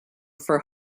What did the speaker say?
for